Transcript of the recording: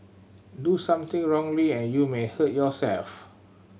do something wrongly and you may hurt yourself